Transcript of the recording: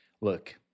look